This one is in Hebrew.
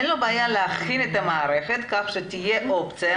אין לו בעיה להכין את המערכת כך שתהיה אופציה